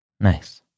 Nice